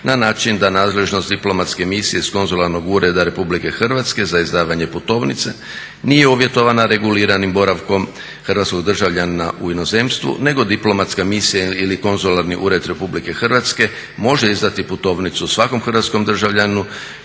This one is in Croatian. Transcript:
na način da nadležnost diplomatske misije iz Konzularnog ureda RH za izdavanje putovnice nije uvjetovana reguliranim boravkom hrvatskog državljanina u inozemstvu nego diplomatska misija ili Konzularni ured RH može izdati putovnicu svakom hrvatskom državljaninu